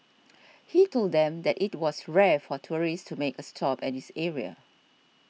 he told them that it was rare for tourists to make a stop at this area